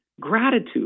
Gratitude